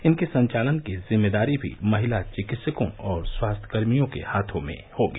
इनके संचालन की जिम्मेदारी भी महिला चिकित्सकों और स्वास्थ्यकर्मियों के हाथों में होगी